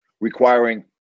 requiring